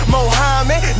Mohammed